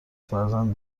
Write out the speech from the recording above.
فرزند